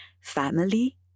family